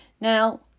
Now